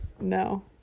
No